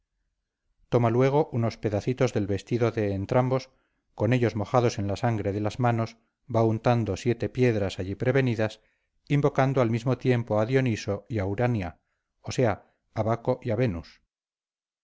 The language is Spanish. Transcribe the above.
toma luego unos pedacitos del vestido de entrambos con ellos mojados en la sangre de las manos va untando siete piedras allí prevenidas invocando al mismo tiempo a dioniso y a urania o sea a baco y a venus